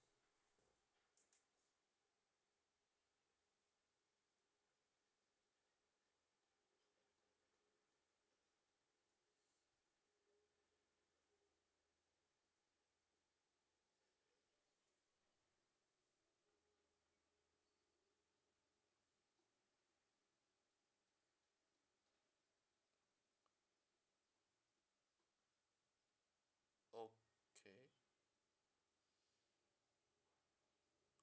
okay